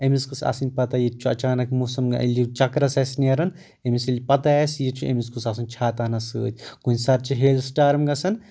أمِس گٔژھ آسٕنۍ پتہ ییٚتہِ چھُ اچانک موسم ییٚلہِ چکرس آسہِ نیران أمِس ییٚلہِ پتہ آسہِ یہِ چھُ أمِس گوٚس آسُن چھاتہٕ ہنا سۭتۍ کُنہِ ساتہِ چھِ ہیل سٹارٕم گژھان